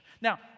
Now